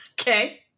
okay